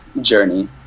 journey